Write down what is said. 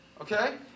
Okay